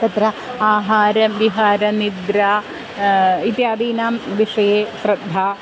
तत्र आहारविहारनिद्रा इत्यादीनां विषये श्रद्धा